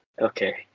Okay